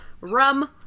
Rum